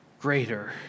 greater